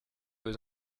aux